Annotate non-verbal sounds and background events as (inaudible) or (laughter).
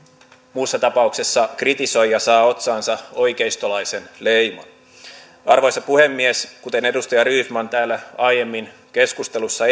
muussa tapauksessa kritisoija saa otsaansa oikeistolaisen leiman arvoisa puhemies kuten edustaja rydman täällä aiemmin keskustelussa (unintelligible)